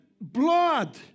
blood